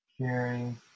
sharing